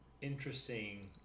interesting